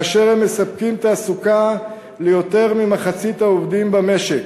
והם מספקים תעסוקה ליותר ממחצית העובדים במשק.